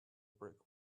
brick